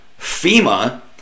FEMA